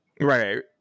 right